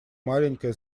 маленькая